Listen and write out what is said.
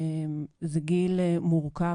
זה גיל מורכב,